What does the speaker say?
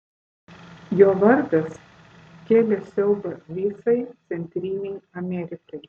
jo vardas kėlė siaubą visai centrinei amerikai